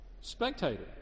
spectator